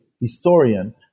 historian